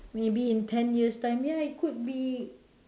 maybe in ten years time ya it could be